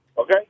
Okay